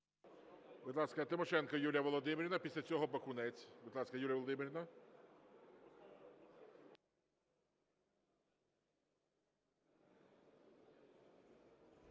Будь ласка, Тимошенко Юлія Володимирівна, після цього Бакунець. Будь ласка, Юлія Володимирівна.